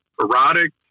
erotic